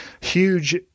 huge